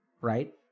right